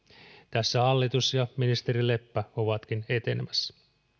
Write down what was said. tässä hallitus ja ministeri leppä ovatkin etenemässä